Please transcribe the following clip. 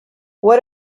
what